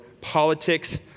politics